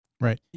Right